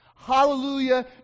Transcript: Hallelujah